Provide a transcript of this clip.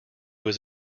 was